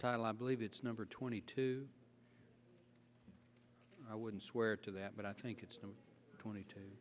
title i believe it's number twenty two i wouldn't swear to that but i think it's twenty two